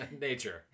Nature